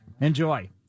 Enjoy